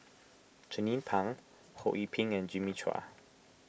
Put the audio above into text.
Jernnine Pang Ho Yee Ping and Jimmy Chua